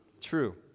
True